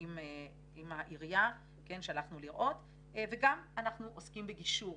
עם העירייה בה הלכנו לראות ואנחנו גם עוסקים בגישור.